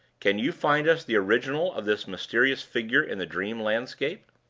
can you find us the original of this mysterious figure in the dream landscape?